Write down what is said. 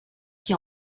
qui